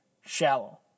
shallow